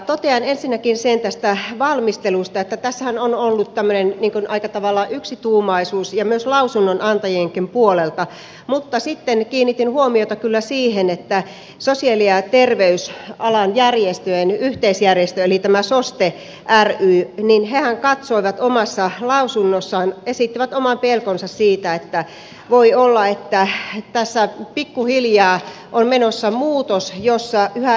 totean ensinnäkin sen tästä valmistelusta että tässähän on ollut tämmöinen aika tavalla yksituumaisuus myös lausunnonantajien puolelta mutta sitten kiinnitin huomiota kyllä siihen että sosiaali ja terveysalan järjestöjen yhteisjärjestö eli soste ryhän omassa lausunnossaan esitti oman pelkonsa siitä että voi olla että tässä pikkuhiljaa on menossa muutos jossa yhä